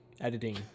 editing